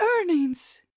earnings